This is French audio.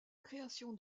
création